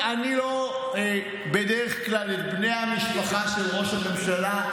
את בני המשפחה של ראש הממשלה,